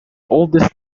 oldest